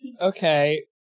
Okay